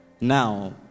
now